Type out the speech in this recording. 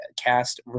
cast